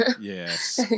Yes